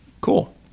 Cool